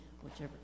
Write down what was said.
whichever